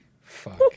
Fuck